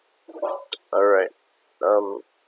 alright um